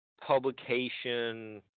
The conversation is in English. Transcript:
publication